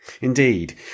Indeed